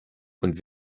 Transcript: und